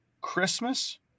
Christmas